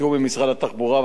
בתיאום עם משרד התחבורה,